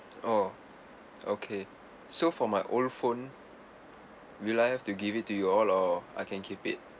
oh okay so for my old phone will I have to give it to you all or I can keep it